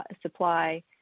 supply